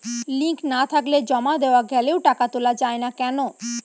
Link না থাকলে জমা দেওয়া গেলেও টাকা তোলা য়ায় না কেন?